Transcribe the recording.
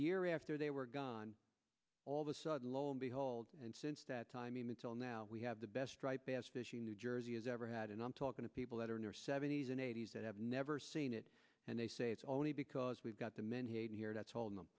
year after they were gone all the sudden lo and behold and since that time until now we have the best striped bass fishing new jersey has ever had and i'm talking to people that are in their seventies and eighties that have never seen it and they say it's only because we've got the menhaden here that's holding them